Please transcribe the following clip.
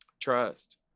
trust